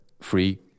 free